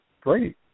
great